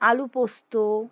আলু পোস্ত